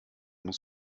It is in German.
muss